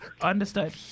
Understood